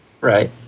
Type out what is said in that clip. Right